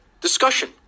discussion